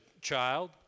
child